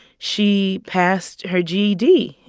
she passed her ged,